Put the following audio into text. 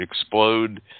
explode